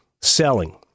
selling